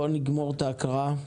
בואו נגמור את ההקראה.